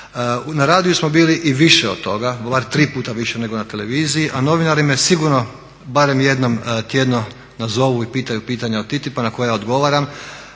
Na radiju smo bili i više od toga, bar tri puta više nego na televiziji a novinari me sigurno barem jedno tjedno nazovu i pitaju pitanja o TTIP-u na koja odgovaram.